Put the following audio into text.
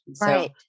Right